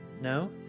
No